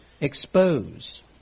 expose